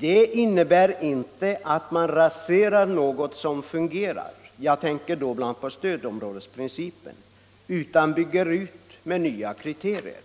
Det innebär inte att man raserar något som fungerar — jag tänker då bl.a. på stödområdesprincipen — utan bygger ut med nya kriterier.